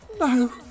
no